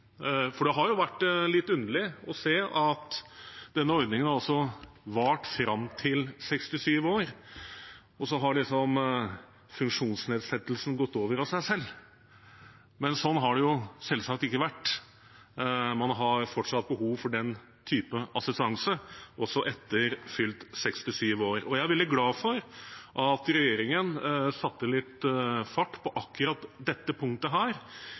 Det har vært litt underlig å se at denne ordningen har vart fram til 67 år, og så har liksom funksjonsnedsettelsen gått over av seg selv. Sånn har det selvsagt ikke vært. Man har fortsatt behov for den type assistanse også etter fylte 67 år. Jeg er veldig glad for at regjeringen satte litt fart på akkurat dette punktet her.